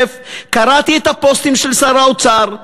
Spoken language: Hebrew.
קראתי את הפוסטים של שר האוצר,